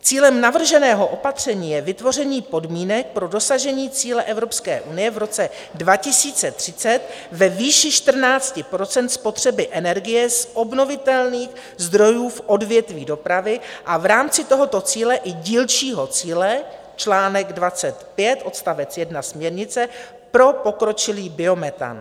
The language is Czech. Cílem navrženého opatření je vytvoření podmínek pro dosažení cíle Evropské unie v roce 2030 ve výši 14 % spotřeby energie z obnovitelných zdrojů v odvětví dopravy a v rámci tohoto cíle i dílčího cíle, článek 25 odst. 1 směrnice pro pokročilý biometan.